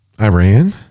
Iran